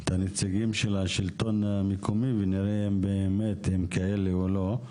את הנציגים של השלטון המקומי ונראה באמת אם הם כאלה או לא.